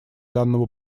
данному